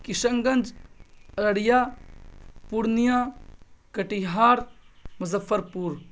کشن گنج ارریہ پورنیہ کٹیہار مظفر پور